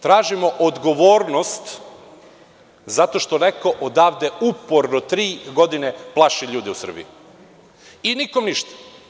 Tražimo odgovornost zato što neko odavde uporno tri godine plaši ljude u Srbiji i nikom ništa.